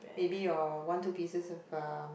maybe your one two pieces of um